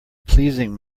pleasing